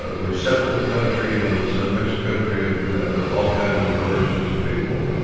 ah receptive country, and it's a mixed country of of all kinds of religions and people.